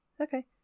Okay